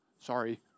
sorry